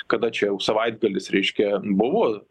kada čia jau savaitgalis reiškia buvo